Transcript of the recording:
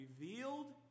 revealed